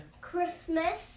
Christmas